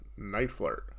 Nightflirt